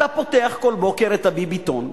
אתה פותח כל בוקר את ה"ביביתון",